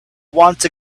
once